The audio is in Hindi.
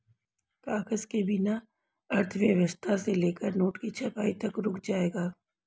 कागज के बिना अर्थव्यवस्था से लेकर नोट की छपाई तक रुक जाएगा